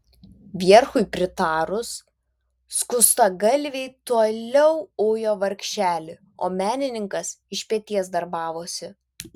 vierchui pritarus skustagalviai toliau ujo vargšelį o menininkas iš peties darbavosi